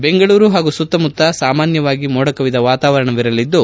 ಬೆಂಗಳೂರು ಹಾಗೂ ಸುತ್ತಮುತ್ತ ಸಾಮಾನ್ಜವಾಗಿ ಮೋಡ ಕವಿದ ವಾತವಾರಣವಿರಲಿದ್ದು